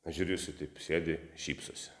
žiūriu jisai taip sėdi šypsosi